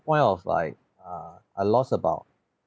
point of like err I lost about